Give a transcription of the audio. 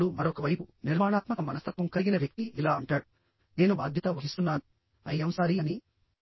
ఇప్పుడు మరొక వైపు నిర్మాణాత్మక మనస్తత్వం కలిగిన వ్యక్తి ఇలా అంటాడు నేను బాధ్యత వహిస్తున్నాను I am sorry im sorry అని